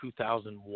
2001